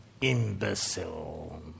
imbecile